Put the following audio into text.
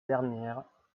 dernière